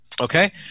Okay